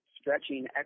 stretching